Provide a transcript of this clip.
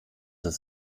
dass